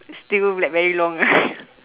still like very long ah